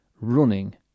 running